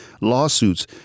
lawsuits